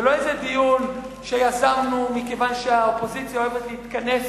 זה לא איזה דיון שיזמנו מכיוון שהאופוזיציה אוהבת להתכנס